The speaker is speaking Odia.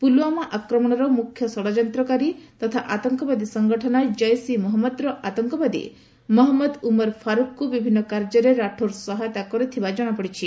ପୁଲୱାମା ଆକ୍ରମଣର ମୁଖ୍ୟ ଷଡ଼ଯନ୍ତକାରୀ ତଥା ଆତଙ୍କବାଦୀ ସଂଗଠନ ଜୈସ ଇ ମହମ୍ମଦର ଆତଙ୍କବାଦୀ ମହମ୍ମଦ ଉମର ଫାରୁକ୍କୁ ବିଭିନ୍ନ କାର୍ଯ୍ୟରେ ରାଠେର୍ ସହାୟତା କରିଥିବା ଜଣାପଡିଛି